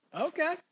Okay